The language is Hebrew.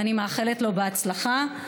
ואני מאחלת לו הצלחה.